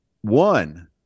one